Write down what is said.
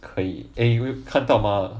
可以 eh you 看得到吗